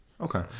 Okay